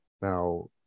now